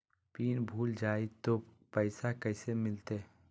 Pin भूला जाई तो पैसा कैसे मिलते?